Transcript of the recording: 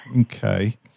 Okay